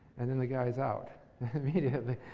and then the guy's out immediately,